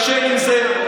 ישן עם זה.